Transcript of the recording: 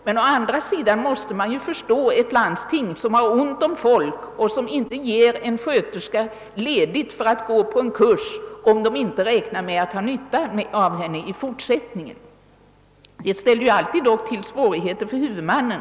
Men å andra sidan måste man ju förstå ett landsting, som har ont om folk och som inte ger en sköterska ledigt för att gå på en kurs om man inte kan räkna med att ha nytta av henne i fortsättningen; det ställer ju alltid till svårigheter för huvudmannen.